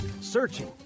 searching